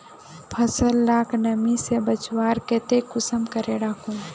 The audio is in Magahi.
फसल लाक नमी से बचवार केते कुंसम करे राखुम?